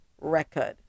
record